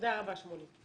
תודה רבה, שמוליק.